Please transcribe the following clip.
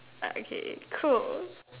uh okay cool